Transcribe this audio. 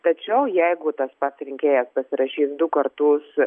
tačiau jeigu tas pats rinkėjas pasirašys du kartus